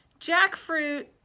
jackfruit